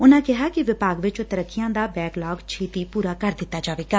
ਉਨੂਾਂ ਕਿਹਾ ਕਿ ਵਿਭਾਗ ਵਿੱਚ ਤਰੱਕੀਆਂ ਦਾ ਬੈਕਲਾਗ ਛੇਤੀ ਪੂਰਾ ਕਰ ਦਿੱਤਾ ਜਾਵੇਗਾ